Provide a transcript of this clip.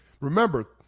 Remember